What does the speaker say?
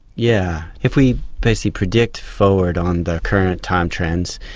yeah if we basically predict forward on the current time trends,